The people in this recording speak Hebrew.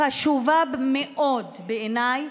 החשובה מאוד, בעיניי,